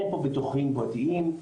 אין פה ביטוחים פרטיים,